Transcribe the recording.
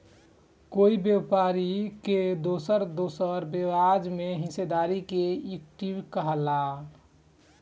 कोई व्यापारी के दोसर दोसर ब्याज में हिस्सेदारी के इक्विटी कहाला